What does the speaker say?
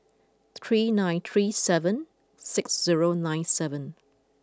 three nine three seven six zero nine seven